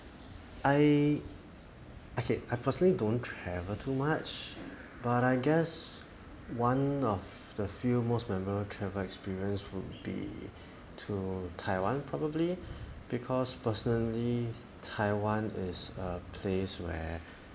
I okay I personally don't travel too much but I guess one of the few most memorable travel experience would be to taiwan probably because personally taiwan is a place where